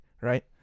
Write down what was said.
right